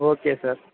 okay sir